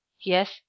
Yes